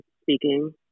speaking